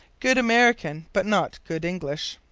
good american, but not good english.